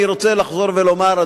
אני רוצה לחזור ולומר,